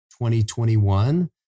2021